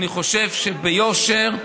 אני חושב שביושר,